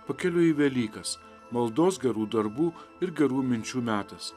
pakeliui į velykas maldos gerų darbų ir gerų minčių metas